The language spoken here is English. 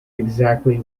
exactly